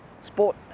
sport